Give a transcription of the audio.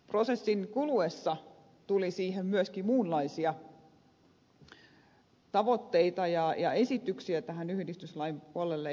prosessin kuluessa tuli siihen myöskin muunlaisia tavoitteita ja esityksiä tähän yhdistyslain puolelle